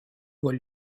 voix